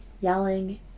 yelling